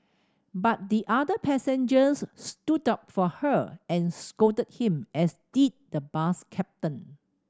but the other passengers stood up for her and scolded him as did the bus captain